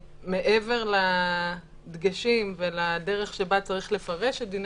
ומעבר לדגשים ולדרך שבה צריך לפרש את דיני